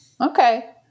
okay